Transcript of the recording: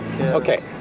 Okay